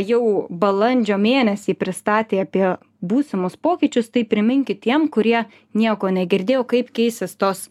jau balandžio mėnesį pristatė apie būsimus pokyčius tai priminkit tiem kurie nieko negirdėjo kaip keisis tos